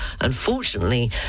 Unfortunately